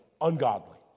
ungodly